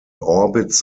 orbits